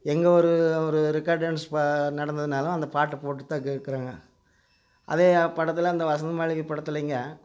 எங்கே ஒரு ஒரு ரிக்காடு டான்ஸ் பா நடந்ததுனாலும் அந்தப் பாட்டு போட்டு தான் கேட்குறாங்க அதே படத்தில் அந்த வசந்த மாளிகைப் படத்துலேங்க